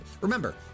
Remember